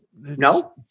no